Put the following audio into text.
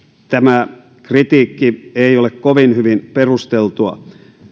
tämä kritiikki ei ole kovin hyvin perusteltua